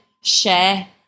share